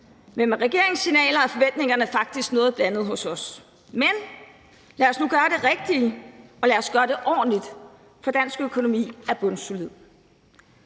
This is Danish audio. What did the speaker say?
men med regeringens signaler er forventningerne faktisk noget blandede hos os. Men lad os nu gøre det rigtige, og lad os gøre det ordentligt, for dansk økonomi er solid.